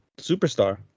Superstar